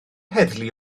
heddlu